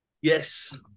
yes